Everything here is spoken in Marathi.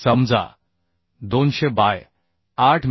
समजा 200 बाय 8 मि